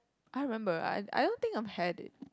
I remember I I don't think I'm had it